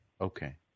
Okay